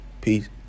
Peace